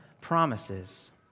promises